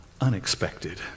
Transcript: unexpected